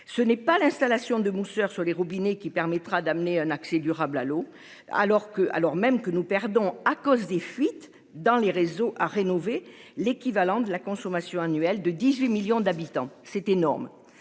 Ce n'est pas l'installation de Muster sur les robinets qui permettra d'amener un accès durable à l'eau alors que, alors même que nous perdons à cause des fuites dans les réseaux à rénover l'équivalent de la consommation annuelle de 18 millions d'habitants, c'est énorme.